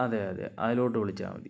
അതെ അതെ അയിലോട്ട് വിളിച്ചാൽ മതി